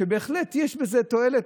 בהחלט יש בזה תועלת,